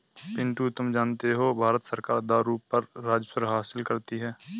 पिंटू तुम जानते हो भारत सरकार दारू पर राजस्व हासिल करती है